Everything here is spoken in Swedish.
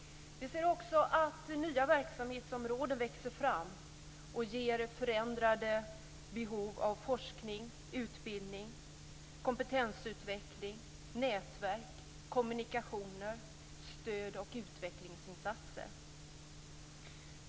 Vi ser också att nya verksamhetsområden växer fram och ger förändrade behov av forskning, utbildning, kompetensutveckling, nätverk, kommunikationer, stöd och utvecklingsinsatser.